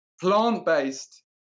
Plant-based